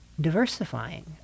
Diversifying